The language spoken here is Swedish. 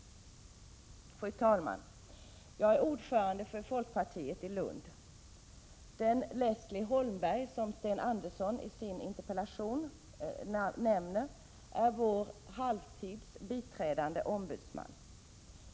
Fru talman! Jag är ordförande för folkpartiet i Lund. Den Leslie Holmberg som Sten Andersson i Malmö nämner i sin interpellation är vår halvtidsbiträdande ombudsman.